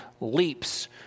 leaps